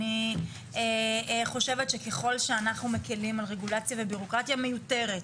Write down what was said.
אני חושבת שככל שאנחנו מקלים על רגולציה וביורוקרטיה מיותרת,